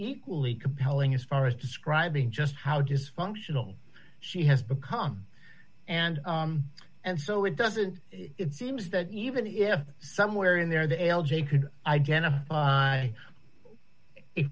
equally compelling as far as describing just how dysfunctional she has become and and so it doesn't it seems that even if somewhere in there the l j could identify